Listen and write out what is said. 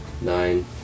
Nine